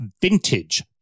vintage